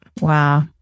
Wow